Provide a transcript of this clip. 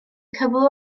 cyflwr